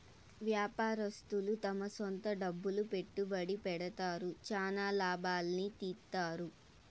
వ్యాపారస్తులు తమ సొంత డబ్బులు పెట్టుబడి పెడతారు, చానా లాభాల్ని తీత్తారు